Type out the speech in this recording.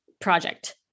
project